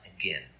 again